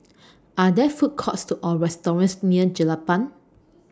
Are There Food Courts Or restaurants near Jelapang